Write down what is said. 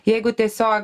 jeigu tiesiog